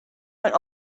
went